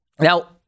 Now